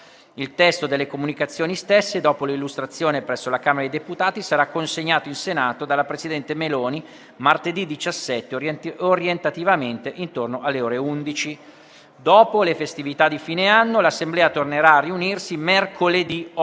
Il testo delle comunicazioni stesse, dopo l'illustrazione presso la Camera dei deputati, sarà consegnato in Senato dalla presidente Meloni martedì 17, orientativamente intorno alle ore 11. Dopo le festività di fine anno, l'Assemblea tornerà a riunirsi mercoledì 8